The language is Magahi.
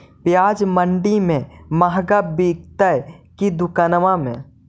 प्याज मंडि में मँहगा बिकते कि दुकान में?